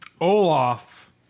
Olaf